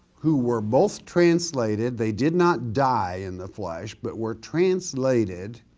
who were both translated, they did not die in the flesh, but were translated